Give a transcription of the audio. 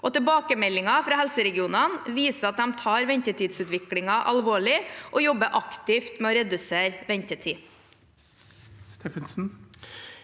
Tilbakemeldinger fra helseregionene viser at de tar ventetidsutviklingen alvorlig, og at de jobber aktivt med å redusere ventetidene.